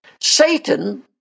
Satan